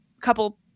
couple